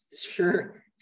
Sure